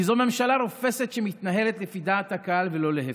כי זו ממשלה רופסת שמתנהלת לפי דעת הקהל ולא להפך,